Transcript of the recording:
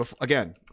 Again